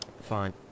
Fine